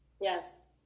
yes